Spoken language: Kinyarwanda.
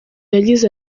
yagize